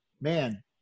man